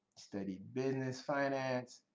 studied business finance,